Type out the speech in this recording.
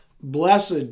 Blessed